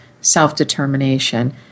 self-determination